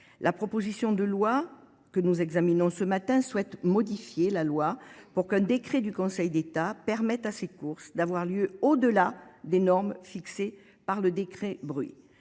La proposition de loi que nous examinons ce matin souhaite modifier la loi pour qu'un décret du Conseil d'État permette à ces courses d'avoir lieu au-delà des normes fixées par le décret bruit.